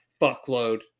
fuckload